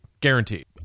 guaranteed